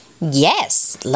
Yes